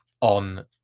on